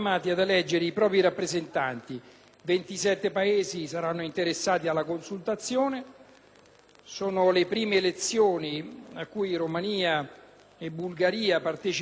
Sono le prime elezioni a cui Romania e Bulgaria partecipano insieme agli altri Stati membri e 736 eurodeputati verranno eletti.